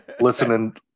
listening